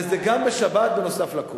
זה גם בשבת, נוסף על הכול.